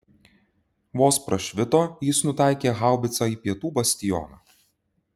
vos prašvito jis nutaikė haubicą į pietų bastioną